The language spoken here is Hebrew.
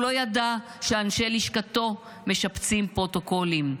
הוא לא ידע שאנשי לשכתו משפצים פרוטוקולים,